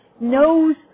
knows